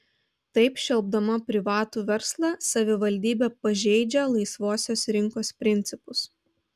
taip šelpdama privatų verslą savivaldybė pažeidžia laisvosios rinkos principus